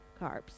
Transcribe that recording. carbs